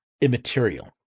immaterial